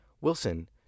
Wilson